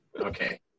Okay